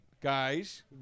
Guys